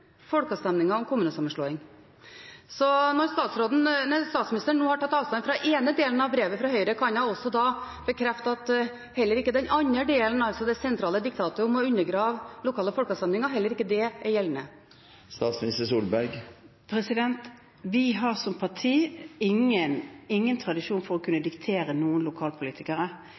om kommunesammenslåing. Så når statsministeren nå har tatt avstand fra den ene delen av brevet fra Høyre, kan hun da også bekrefte at heller ikke den andre delen – altså det sentrale diktatet om å undergrave lokale folkeavstemninger – er gjeldende? Vi har som parti ingen tradisjon for å